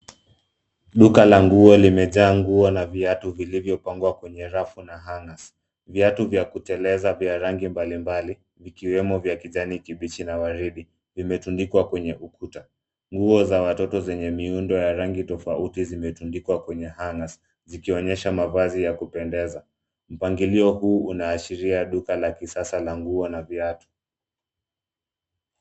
Duka la nguo limejaa nguo na viatu vilivyopangwa kwenye rafu na hangers . Viatu vya kuteleza vya rangi mbalimbali vikiwemo vya kijani kibichi na waridi limetundikwa kwenye ukuta. Nguo za watoto zenye miundo ya rangi tofauti zimetundikwa kwenye hangers zikionesha mavazi ya kupendeza. Mpangilio huu unaashiria duka la kisasa la nguo na viatu.